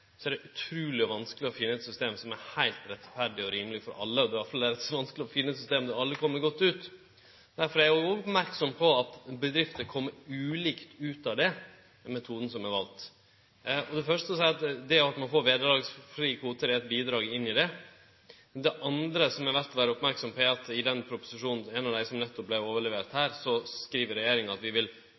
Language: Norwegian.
alle kjem godt ut. Derfor er eg òg merksam på at bedrifter kjem ulikt ut av den metoden som er vald. Det første å seie er at det at ein får vederlagsfrie kvotar, er eit bidrag inn i det. Det andre som det er verdt å vere merksam på, er at i den proposisjonen – ein av dei som nettopp vart overleverte her – skriv regjeringa at vi vil